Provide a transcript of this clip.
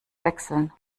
wechseln